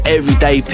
Everyday